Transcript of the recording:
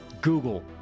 Google